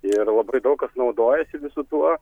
ir labai daug kas naudojasi visu tuo